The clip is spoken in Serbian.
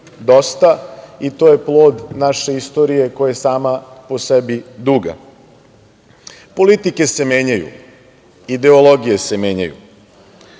dosta i to je plod naše istorija koja je sama po sebi duga. Politike se menjaju, ideologije se menjaju,